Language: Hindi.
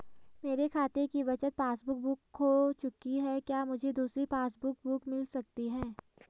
मेरे खाते की बचत पासबुक बुक खो चुकी है क्या मुझे दूसरी पासबुक बुक मिल सकती है?